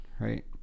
right